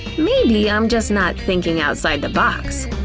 maybe i'm just not thinking outside the box.